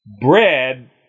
bread